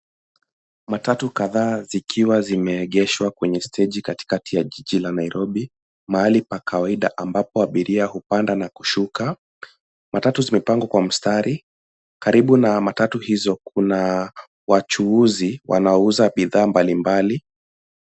Matatu kadhaa zikiwa zimeegeshwa kwenye steji katikati ya jiji la Nairobi, mahali pa kawaida ambapo abiria hupanda na kushuka. Matatu zimepangwa kwa mstari. Karibu na matatu hizo kuna wachuuzi wanaouza bidhaa mbalimbali.